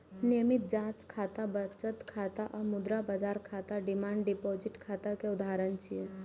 नियमित जांच खाता, बचत खाता आ मुद्रा बाजार खाता डिमांड डिपोजिट खाता के उदाहरण छियै